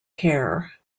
care